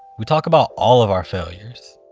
we talk about all of our failures.